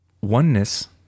oneness